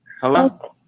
Hello